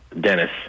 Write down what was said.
Dennis